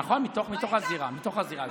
נכון, מתוך הזירה.